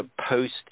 post